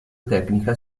tecnica